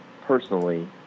personally